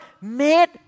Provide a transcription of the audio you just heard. made